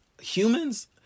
Humans